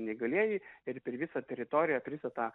neįgalieji ir per visą teritoriją per visą tą